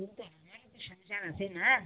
কিন্তু আমারও তো সংসার আছে না